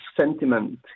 sentiment